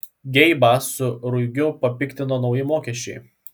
geibą su ruigiu papiktino nauji mokesčiai